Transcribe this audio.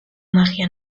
magia